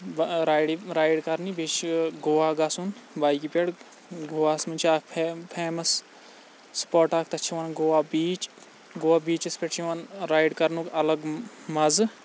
ride ride کَرنہِ بیٚیہِ چھُ گوا گژھُن بایکہِ پٮ۪ٹھ گواہَس منٛز چھِ اَکھ فیم فیمَس سپاٹ اَکھ تَتھ چھِ وَنان گوا بیٖچ گوا بیٖچَس پٮ۪ٹھ چھِ یِوان رایِڈ کَرنُک اَلَگ مَزٕ